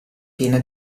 piena